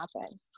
happen